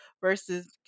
versus